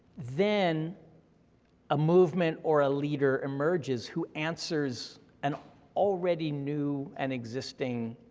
then a movement or a leader emerges who answers an already new and existing